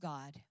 God